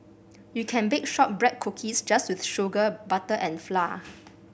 you can bake shortbread cookies just with sugar butter and flour